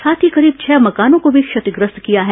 साथ ही करीब छह मकानों को भी क्षतिग्रस्त किया है